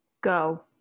Go